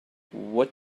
what